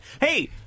Hey